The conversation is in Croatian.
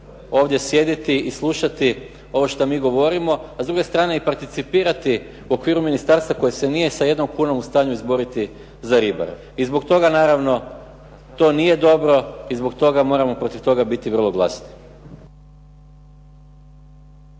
ovdje sjediti i slušati ovo što mi govorimo, a s druge strane i participirati u okviru ministarstva koje se nije s jednom kunom u stanju izboriti za ribare. I zbog toga naravno to nije dobro i zbog toga moramo protiv toga biti vrlo glasni.